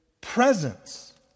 presence